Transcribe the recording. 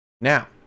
Now